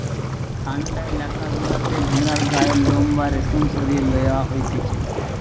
ঠান্ডা এলাকা গুলাতে ভেড়ার গায়ের লোম বা রেশম সরিয়ে লওয়া হতিছে